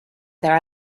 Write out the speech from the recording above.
their